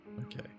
Okay